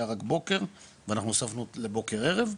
היה רק בוקר ואנחנו הוספנו לבוקר ערב,